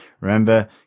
remember